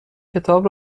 کتاب